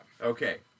Okay